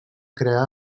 crear